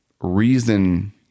reason